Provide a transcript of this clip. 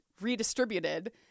redistributed